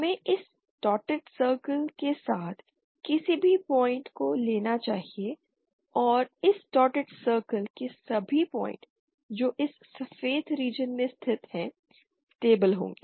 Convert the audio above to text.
हमें इस dotted circle के साथ किसी भी पॉइंट को लेना चाहिए और इस डॉटेड सर्कल के सभी पॉइंट जो इस सफेद रीजन में स्थित हैं स्टेबल होंगे